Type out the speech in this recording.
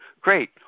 great